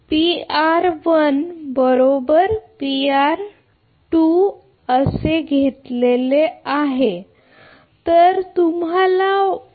4 hertz इतके असेल तर तुमची स्थिर स्थिती